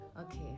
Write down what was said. Okay